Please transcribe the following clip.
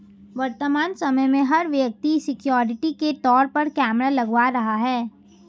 वर्तमान समय में, हर व्यक्ति सिक्योरिटी के तौर पर कैमरा लगवा रहा है